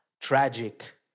tragic